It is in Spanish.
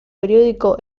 periódico